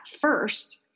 first